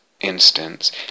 instance